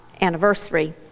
anniversary